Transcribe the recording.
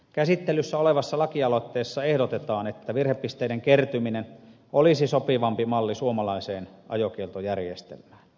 käsittelyssä olevassa lakialoitteessa ehdotetaan että virhepisteiden kertyminen olisi sopivampi malli suomalaiseen ajokieltojärjestelmään